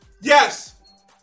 Yes